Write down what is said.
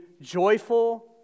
joyful